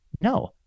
No